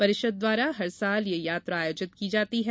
परिषद द्वारा हर साल यह यात्रा आयोजित की जाती है